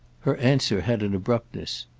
her answer had an abruptness.